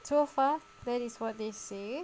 so far that is what they say